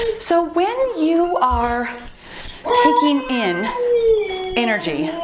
so when you are taking in energy,